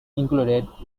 included